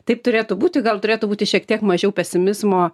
taip turėtų būti o gal turėtų būti šiek tiek mažiau pesimizmo